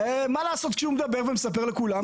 מה לעשות שהוא מדבר ומספר לכולם?